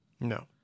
No